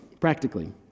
practically